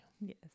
Yes